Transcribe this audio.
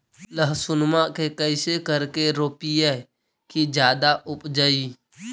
लहसूनमा के कैसे करके रोपीय की जादा उपजई?